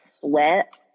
sweat